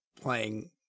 playing